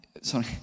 sorry